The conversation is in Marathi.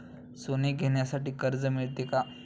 सोने घेण्यासाठी कर्ज मिळते का?